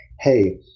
Hey